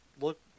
look